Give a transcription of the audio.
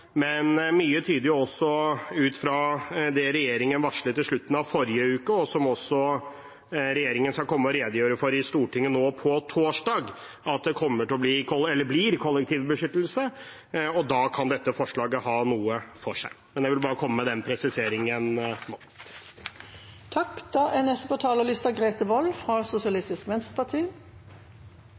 Mye tyder også på – ut fra det regjeringen varslet i slutten av forrige uke, og som regjeringen skal komme og redegjøre for i Stortinget nå på torsdag – at det blir kollektiv beskyttelse, og da kan dette forslaget ha noe for seg. Jeg vil bare komme med den presiseringen nå. Det er